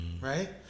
right